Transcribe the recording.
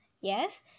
Yes